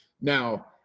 Now